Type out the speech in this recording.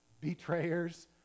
betrayers